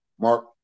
Mark